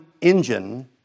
engine